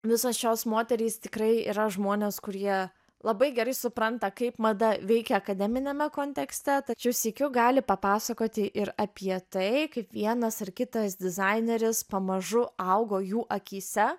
visos šios moterys tikrai yra žmonės kurie labai gerai supranta kaip mada veikia akademiniame kontekste tačiau sykiu gali papasakoti ir apie tai kaip vienas ar kitas dizaineris pamažu augo jų akyse